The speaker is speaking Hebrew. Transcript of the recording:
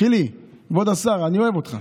חילי, כבוד השר, אני אוהב אותך,